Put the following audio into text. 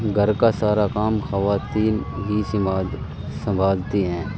گھر کا سارا کام خواتین ہی سنبھال سنبھالتی ہیں